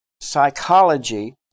psychology